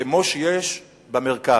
כמו שיש במרכז.